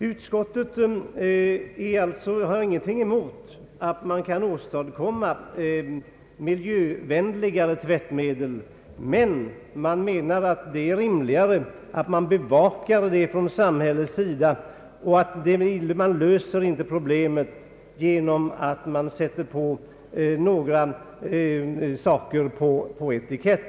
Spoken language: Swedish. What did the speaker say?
Utskottet har ingenting emot att man försöker åstadkomma «miljövänligare tvättmedel, men utskottet menar att det är rimligare att samhället bevakar detta samt att vi inte löser problemet genom att sätta en varudeklaration på etiketten.